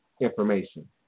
information